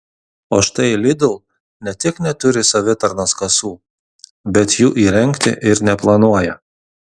o štai lidl ne tik neturi savitarnos kasų bet jų įrengti ir neplanuoja